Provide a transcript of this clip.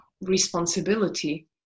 responsibility